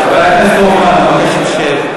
חבר הכנסת הופמן, אני מבקש שתשב.